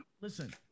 Listen